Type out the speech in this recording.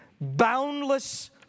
boundless